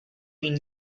been